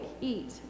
eat